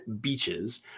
beaches